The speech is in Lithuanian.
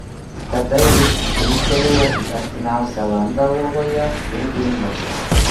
tada jis stryktelėjo į artimiausią landą uoloje ir dingo